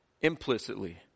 implicitly